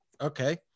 Okay